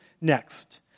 next